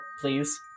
please